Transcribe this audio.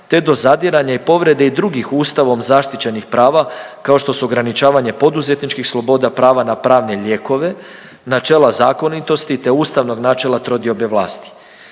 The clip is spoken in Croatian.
te do zadiranja i povrede i drugih ustavom zaštićenih prava, kao što su ograničavanje poduzetničkih sloboda, prava na pravne lijekove, načela zakonitosti, te ustavnog načela trodiobe vlasti.